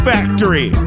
Factory